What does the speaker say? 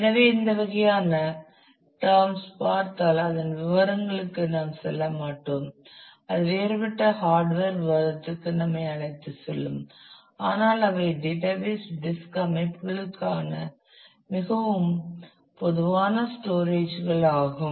எனவே இந்த வகையான டேம்ஸ் பார்த்தால் அதன் விவரங்களுக்கு நாம் செல்ல மாட்டோம் அது வேறுபட்ட ஹார்ட்வேர் விவாதத்திற்கு நம்மை அழைத்துச் செல்லும் ஆனால் இவை டேட்டாபேஸ் டிஸ்க் அமைப்புகளுக்கான மிகவும் பொதுவான ஸ்டோரேஜ்கள் ஆகும்